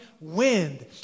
wind